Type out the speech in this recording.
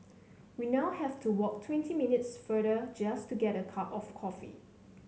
we now have to walk twenty minutes farther just to get a cup of coffee